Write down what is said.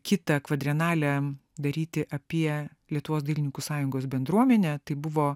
kitą kvadrenalėm daryti apie lietuvos dailininkų sąjungos bendruomenę tai buvo